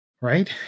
right